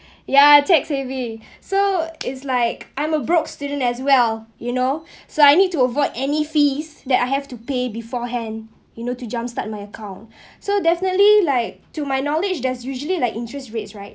ya tech savvy so is like I'm a broke student as well you know so I need to avoid any fees that I have to pay beforehand you know to jump start my account so definitely like to my knowledge there's usually like interest rates right